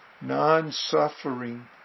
non-suffering